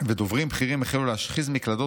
ודוברים בכירים החלו להשחיז מקלדות